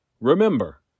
Remember